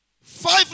Five